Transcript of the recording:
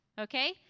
Okay